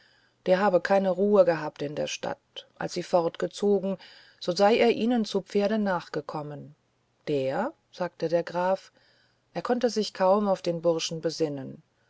der habe keine ruhe gehabt in der stadt als sie fortgezogen so sei er ihnen zu pferde nachgekommen der sagte der graf er konnte sich kaum auf den burschen besinnen